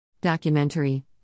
Documentary